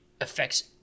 affects